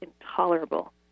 intolerable